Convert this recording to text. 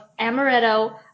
amaretto